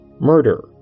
murder